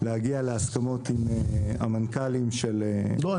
להגיע להסכמות עם המנכ"לים של הנמלים -- לא,